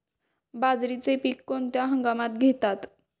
बाजरीचे पीक कोणत्या हंगामात घेतात?